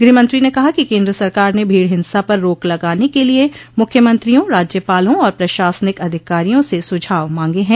गृहमंत्री ने कहा कि केन्द्र सरकार ने भीड़ हिंसा पर रोक लगाने के लिए मुख्यमंत्रियों राज्यपालों और प्रशासनिक अधिकारियों से सुझाव मांगे हैं